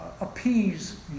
appease